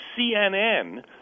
CNN